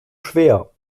schwer